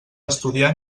estudiar